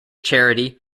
charity